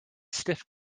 stiff